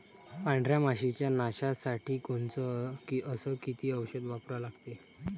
पांढऱ्या माशी च्या नाशा साठी कोनचं अस किती औषध वापरा लागते?